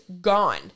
gone